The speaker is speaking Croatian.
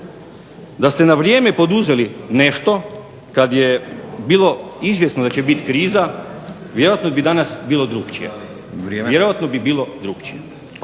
Da ste na vrijeme poduzeli nešto kad je bilo izvjesno da će biti kriza, vjerojatno bi danas bilo drugačije. Hvala.